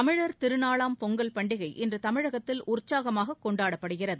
தமிழர் திருநாளாம் பொங்கல் பண்டிகை இன்று தமிழகத்தில் உற்சாகமாக கொண்டாடப்படுகிறது